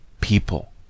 people